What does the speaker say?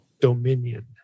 dominion